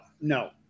no